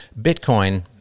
Bitcoin